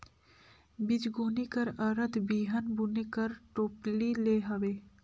बीजगोनी कर अरथ बीहन बुने कर टोपली ले हवे